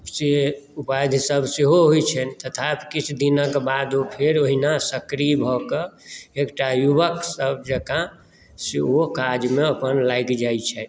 से व्याधिसभ सेहो होइत छनि तथापि किछु दिनक बाद ओ फेर ओहिना सक्रिय भऽ कऽ एकटा युवकसभ जकाँ से ओ अपन काजमे लागि जाइत छथि